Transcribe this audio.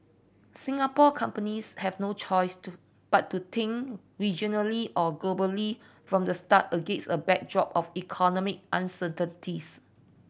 Singapore companies have no choice to but to think regionally or globally from the start against a backdrop of economic uncertainties